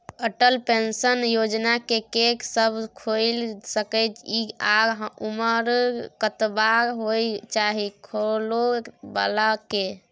Atal pension Yojana के के सब खोइल सके इ आ उमर कतबा होय चाही खोलै बला के?